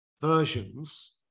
versions